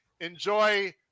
Enjoy